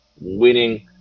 winning